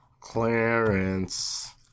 Clarence